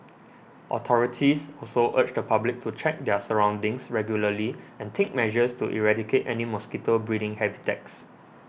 authorities also urge the public to check their surroundings regularly and take measures to eradicate any mosquito breeding habitats